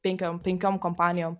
penkiom penkiom kompanijom